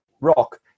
rock